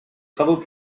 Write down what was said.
travaux